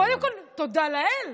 קודם כול, תודה לאל.